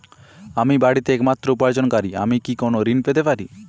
আমি বাড়িতে একমাত্র উপার্জনকারী আমি কি কোনো ঋণ পেতে পারি?